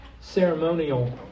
ceremonial